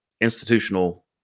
institutional